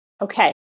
Okay